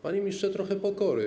Panie ministrze, trochę pokory.